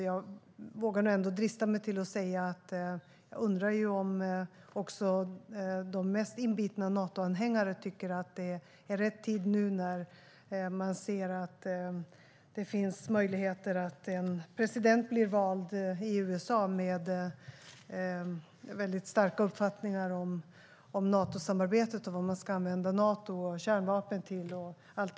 Jag vågar nog ändå drista mig till att säga att jag undrar om också de mest inbitna Natoanhängarna tycker att det är rätt tid nu när vi ser att USA kanske får en president som har väldigt starka uppfattningar om Natosamarbetet och vad man ska använda Nato och kärnvapen till.